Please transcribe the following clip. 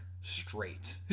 straight